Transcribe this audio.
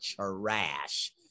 trash